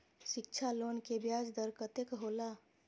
शिक्षा लोन के ब्याज दर कतेक हौला?